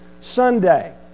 Sunday